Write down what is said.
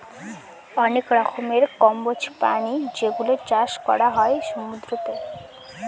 অনেক রকমের কম্বোজ প্রাণী যেগুলোর চাষ করা হয় সমুদ্রতে